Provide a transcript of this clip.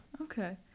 okay